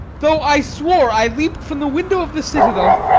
though i swore i leap'd from the window of the citadel